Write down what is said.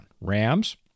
Rams